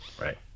Right